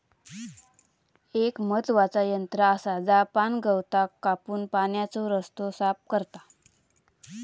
एक महत्त्वाचा यंत्र आसा जा पाणगवताक कापून पाण्याचो रस्तो साफ करता